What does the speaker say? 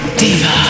diva